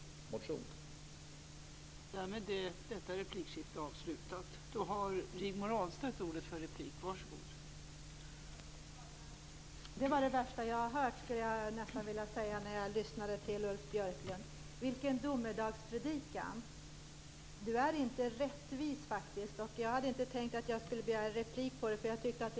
Det är bara att studera den.